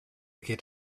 get